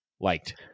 liked